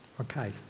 okay